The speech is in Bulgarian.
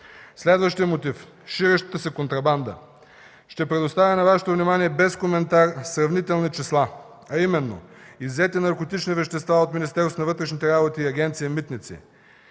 Следващият мотив – ширещата се контрабанда. Ще предоставя на Вашето внимание без коментар сравнителни числа, а именно иззети наркотични вещества от Министерството